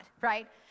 right